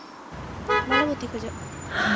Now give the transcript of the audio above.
ᱢᱟᱞᱟᱵᱚᱛᱤ ᱠᱷᱚᱡᱟᱜ